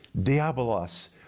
diabolos